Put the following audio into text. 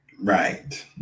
Right